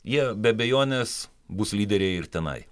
jie be abejonės bus lyderiai ir tenai